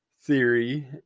Theory